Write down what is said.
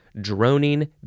droning